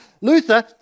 Luther